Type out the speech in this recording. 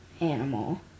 animal